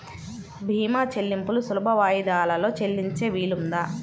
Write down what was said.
భీమా చెల్లింపులు సులభ వాయిదాలలో చెల్లించే వీలుందా?